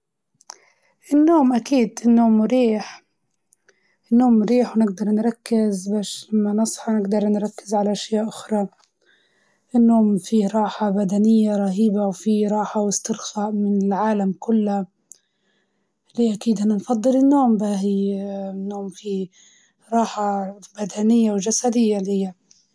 نختار النوم بشنو باش ما نكون مضطرة للأكل، ونوفر وقت وقت الطبخ طيب، ونوفر الفلوس اللي نحط فيهم في الأكل، ونقدرو نركز على مواضيع تانية.